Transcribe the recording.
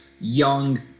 young